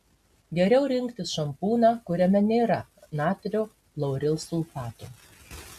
geriau rinktis šampūną kuriame nėra natrio laurilsulfato